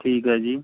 ਠੀਕ ਆ ਜੀ